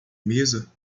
mesa